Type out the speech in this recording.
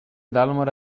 dalmor